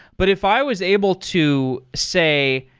but if i was able to say,